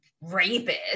rapist